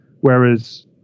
whereas